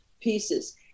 pieces